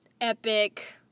epic